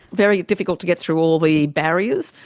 very difficult to get through all the barriers.